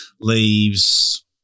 leaves